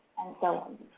and so on.